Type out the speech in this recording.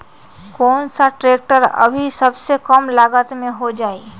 कौन सा ट्रैक्टर अभी सबसे कम लागत में हो जाइ?